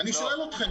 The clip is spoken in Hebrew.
אני שואל אתכם.